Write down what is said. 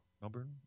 Melbourne